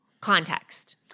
context